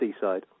seaside